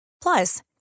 Plus